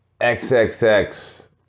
XXX